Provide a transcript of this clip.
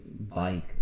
bike